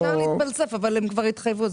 אפשר להתפלסף, אבל הם כבר התחייבו.